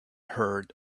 heard